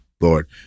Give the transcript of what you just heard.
Lord